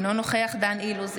אינו נוכח דן אילוז,